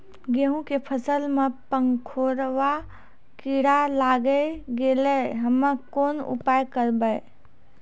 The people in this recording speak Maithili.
गेहूँ के फसल मे पंखोरवा कीड़ा लागी गैलै हम्मे कोन उपाय करबै?